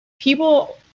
people